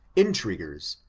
intriguers,